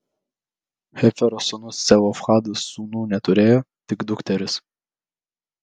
hefero sūnus celofhadas sūnų neturėjo tik dukteris